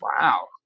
Wow